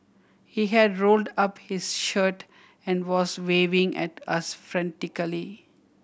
he had rolled up his shirt and was waving at us frantically